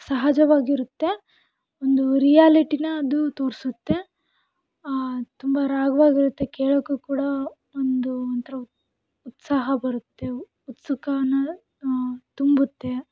ಸಹಜವಾಗಿರುತ್ತೆ ಒಂದು ರಿಯಾಲಿಟಿನ ಅದು ತೋರಿಸುತ್ತೆ ತುಂಬ ರಾಗವಾಗಿರುತ್ತೆ ಕೇಳೋಕ್ಕೂ ಕೂಡ ಒಂದು ಒಂಥರ ಉತ್ಸಾಹ ಬರುತ್ತೆ ಉತ್ಸುಕಾನ ತುಂಬುತ್ತೆ